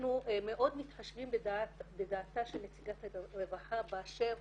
אנחנו מאוד מתחשבים בדעתה של נציגת הרווחה באשר